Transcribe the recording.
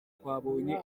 twabonye